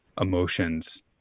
emotions